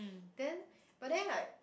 then but then like